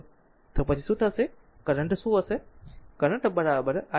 તો તો પછી શું થશે પછી કરંટ શું હશે